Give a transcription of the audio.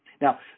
Now